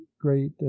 great